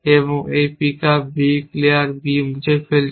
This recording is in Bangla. এবং এই pick up b clear b মুছে ফেলছে